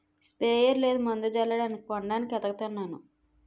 sprayer లేదు మందు జల్లడానికి కొనడానికి ఏతకతన్నాను